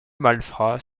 malfrats